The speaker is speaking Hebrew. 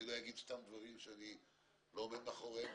אני לא אגיד סתם דברים שאני לא עומד מאחוריהם,